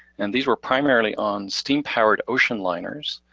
and these were primarily on steam powered ocean liners.